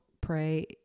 pray